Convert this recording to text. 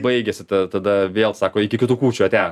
baigėsi ta tada vėl sako iki kitų kūčių ate